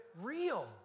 real